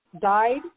died